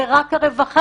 זה רק הרווחה,